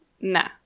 Nah